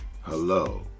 Hello